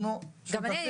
גם אני,